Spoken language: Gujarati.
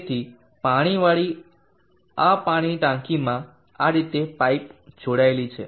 તેથી પાણીવાળી આ પાણીની ટાંકીમાં આ રીતે પાઇપ જોડાયેલ છે